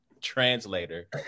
translator